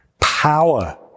power